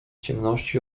ciemności